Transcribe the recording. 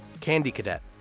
candy cadet.